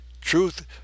Truth